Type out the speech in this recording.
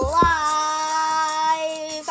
life